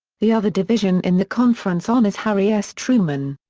the other division in the conference honors harry s. truman.